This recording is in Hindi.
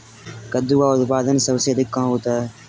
कद्दू का उत्पादन सबसे अधिक कहाँ होता है?